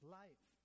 life